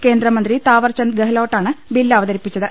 കേന്ദ്ര മന്ത്രി താവർചന്ദ് ഗഹ്ലോട്ടാണ് ബിൽ അവതരിപ്പിച്ചത്